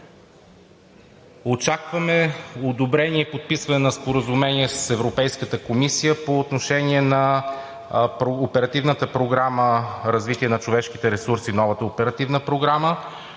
Очакваме одобрение, подписване на Споразумение с Европейската комисия, по отношение на Оперативната програма „Развитие на човешките ресурси“ – новата Оперативна програма,